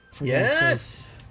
Yes